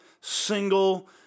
single